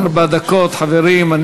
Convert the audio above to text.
ארבע דקות, חברים.